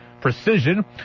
precision